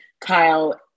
Kyle